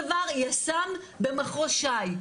אותו דבר, יס"מ במחוז ש"י.